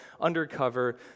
undercover